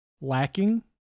lacking